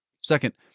Second